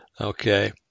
Okay